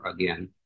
again